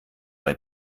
bei